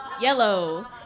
yellow